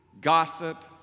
gossip